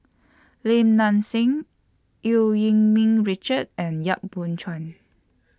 Lim Nang Seng EU Yee Ming Richard and Yap Boon Chuan